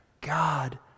God